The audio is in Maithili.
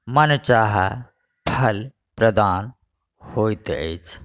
मनचाहा फल प्रदान होइत अछि